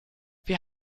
wir